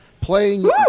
playing